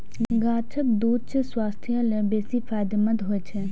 गाछक दूछ स्वास्थ्य लेल बेसी फायदेमंद होइ छै